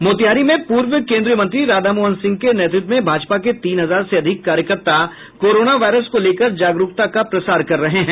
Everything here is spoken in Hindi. मोतिहारी में पूर्व केन्द्रीय मंत्री राधामोहन सिंह के नेतृत्व में भाजपा के तीन हजार से अधिक कार्यकर्ता कोरोना वायरस को लेकर जागरूकता का प्रसार कर रहे हैं